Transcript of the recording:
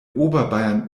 oberbayern